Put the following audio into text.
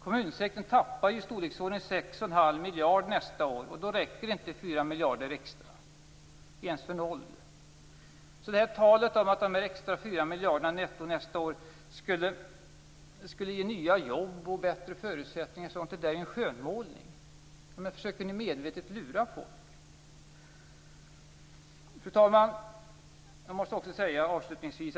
Kommunsektorn tappar i storleksordningen 6 1⁄2 miljarder kronor nästa år. Talet om att de extra 4 miljarder kronorna netto nästa år skall ge nya jobb och bättre förutsättningar osv. är en skönmålning. Försöker ni medvetet lura folk? Fru talman!